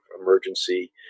emergency